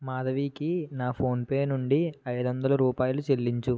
మాధవీకి నా ఫోన్పే నుండి ఐదు వందల రూపాయలు చెల్లించుము